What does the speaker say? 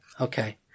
Okay